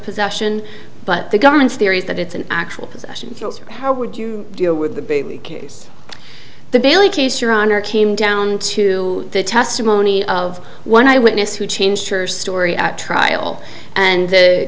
possession but the government's theory is that it's an actual possession how would you deal with the case the bailey case your honor came down to the testimony of one eye witness who changed her story at trial and the